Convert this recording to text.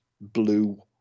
blue